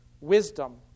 wisdom